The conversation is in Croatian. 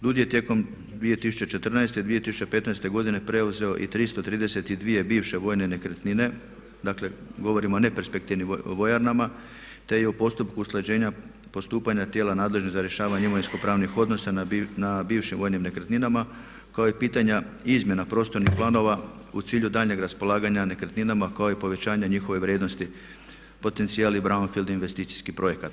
DUDI je tijekom 2014. i 2015. godine preuzeo i 332 bivše vojne nekretnine, dakle govorimo o neperspektivnim vojarnama, te je u postupku usklađenja postupanja tijela nadležnih za rješavanje imovinsko-pravnih odnosa na bivšim vojnim nekretninama kao i pitanja izmjena prostornih planova u cilju daljnjeg raspolaganja nekretninama kao i povećanja njihove vrijednosti, potencijal i braunfield investicijskih projekata.